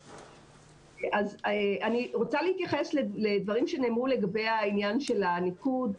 אני רוצה להתייחס לדברים שנאמרו לגבי העניין של הניקוד.